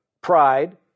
pride